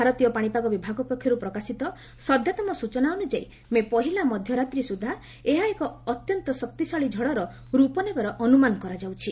ଭାରତୀୟ ପାଣିପାଗ ବିଭାଗ ପକ୍ଷରୁ ପ୍ରକାଶିତ ସଦ୍ୟତମ ସ୍ଚନା ଅନୁଯାୟୀ ମେ ପହିଲା ମଧ୍ୟ ରାତ୍ରି ସୁଦ୍ଧା ଏହା ଏକ ଅତ୍ୟନ୍ତ ଶକ୍ତିଶାଳୀ ଝଡ଼ର ରୂପ ନେବାର ଅନୁମାନ କରାଯାଉଛି